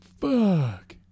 Fuck